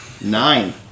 nine